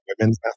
women's